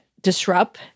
disrupt